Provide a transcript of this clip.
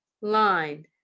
line